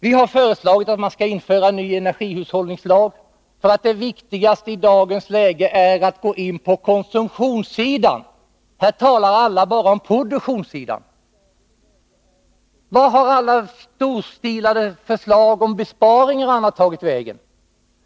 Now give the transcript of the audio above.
Vi har föreslagit att man skall införa en ny energihushållningslag, därför att det viktigaste i dagens läge är att man går in på konsumtionssidan. Alla talar bara om produktionssidan. Vart har alla storstilade förslag om besparingar tagit vägen?